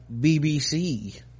bbc